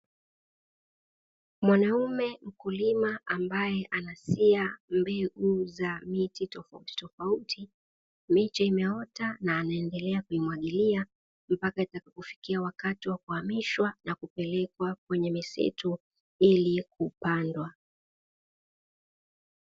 Mwanaume mkulima ambaye anasia mbegu za miti tofauti tofauti, miche inaota na anaendelea kuimwagilia mpaka itakapofikia wakati wa kuhamishwa na kupelekwa kwenye misitu ili kupandwa.